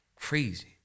Crazy